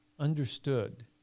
understood